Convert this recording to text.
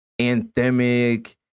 anthemic